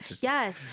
Yes